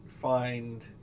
find